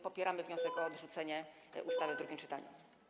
Popieramy wniosek o odrzucenie ustawy w drugim czytaniu.